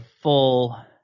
full